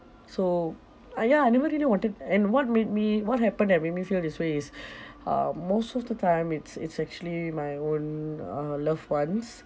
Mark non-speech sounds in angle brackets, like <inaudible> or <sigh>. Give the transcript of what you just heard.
so ah ya I never really wanted and what made me what happened that made me feel this way is <breath> uh most of the time it's it's actually my own uh loved ones